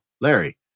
Larry